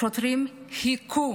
השוטרים הכו